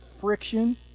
Friction